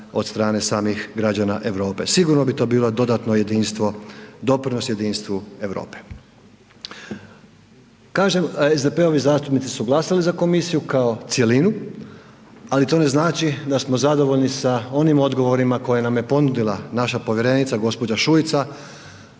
od strane samih građana Europe. Sigurno bi to bilo dodatno jedinstvo, doprinos jedinstvu Europe. Kažem SDP-ovi zastupnici su glasali za komisiju kao cjelinu, ali to ne znači da smo zadovoljni sa onim odgovorima koje nam je ponudila naša povjerenica gospođa Šuica,